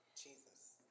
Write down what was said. Jesus